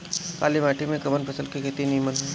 काली माटी में कवन फसल के खेती नीमन होई?